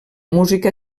música